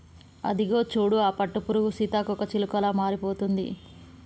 అదిగో చూడు ఆ పట్టుపురుగు సీతాకోకచిలుకలా మారిపోతుంది